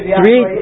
three